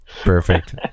Perfect